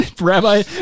rabbi